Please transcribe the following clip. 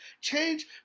change